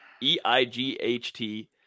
E-I-G-H-T